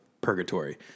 purgatory